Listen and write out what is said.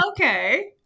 Okay